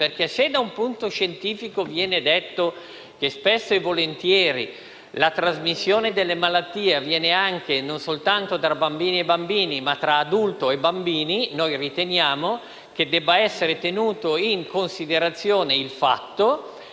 che da un punto di vista scientifico viene detto che, spesso e volentieri, la trasmissione delle malattie avviene anche e non soltanto tra bambini e bambini, ma anche tra adulti e bambini, noi riteniamo che debba essere tenuto in considerazione il fatto